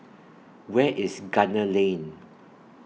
Where IS Gunner Lane